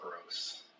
gross